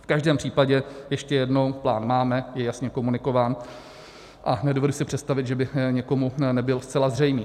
V každém případě ještě jednou, plán máme, je jasně komunikován a nedovedu si představit, že by někomu nebyl zcela zřejmý.